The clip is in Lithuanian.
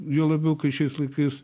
juo labiau kai šiais laikais